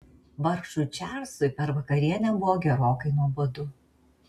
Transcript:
vargšui čarlzui per vakarienę buvo gerokai nuobodu